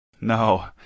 No